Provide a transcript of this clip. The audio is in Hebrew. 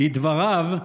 לדבריו,